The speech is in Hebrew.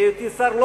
הערתי, זה